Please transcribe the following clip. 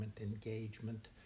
engagement